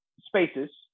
spaces